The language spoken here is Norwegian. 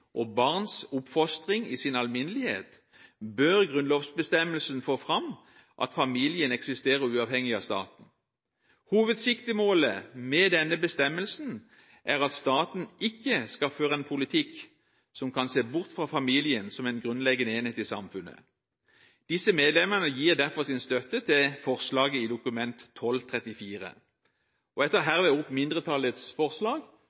enkelte barns identitetsutvikling og barns oppfostring i sin alminnelighet, bør grunnlovsbestemmelsen få fram at familien eksisterer uavhengig av staten. Hovedsiktemålet med denne bestemmelsen er at staten ikke skal føre en politikk som kan se bort fra familien som en grunnleggende enhet i samfunnet. Disse medlemmene gir derfor sin støtte til forslaget i Dokument 12:34. Jeg tar herved opp mindretallets forslag,